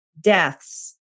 deaths